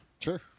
Sure